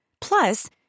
Plus